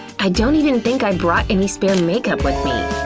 i don't even think i brought any spare makeup with me.